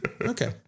okay